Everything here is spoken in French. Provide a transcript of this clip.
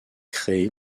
créée